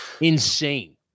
insane